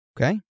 Okay